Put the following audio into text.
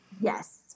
Yes